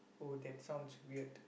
oh that sounds weird